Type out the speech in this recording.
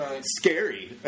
scary